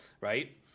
Right